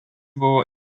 buvo